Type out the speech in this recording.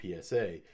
PSA